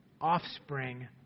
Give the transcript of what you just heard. offspring